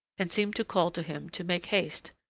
and seemed to call to him to make haste,